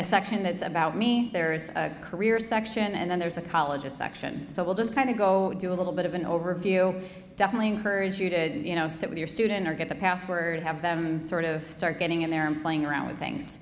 a section that's about me there's a career section and then there's a college section so we'll just kind of go do a little bit of an overview definitely encourage you to sit with your student or get the password have them sort of start getting in there and playing around with things